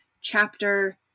chapter